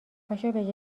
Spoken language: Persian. بجای